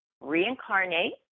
reincarnate